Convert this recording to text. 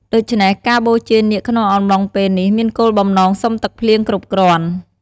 ដូច្នេះ ការបូជានាគក្នុងអំឡុងពេលនេះមានគោលបំណងសុំទឹកភ្លៀងគ្រប់គ្រាន់។